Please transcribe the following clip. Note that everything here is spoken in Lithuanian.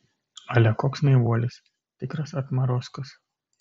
ale koks naivuolis tikras atmarozkas